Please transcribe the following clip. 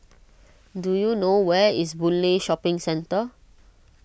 do you know where is Boon Lay Shopping Centre